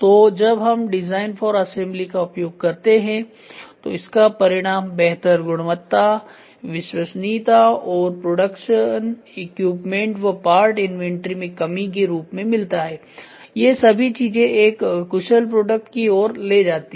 तो जब हम डिजाइन फॉर असेंबली का उपयोग करते हैं तो इसका परिणाम बेहतर गुणवत्ता विश्वसनीयता और प्रोडक्शन इक्विपमेंट व पार्ट इन्वेंटरी में कमी के रूप में मिलता है ये सभी चीजें एक कुशल प्रोडक्ट की ओर ले जाती हैं